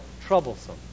troublesome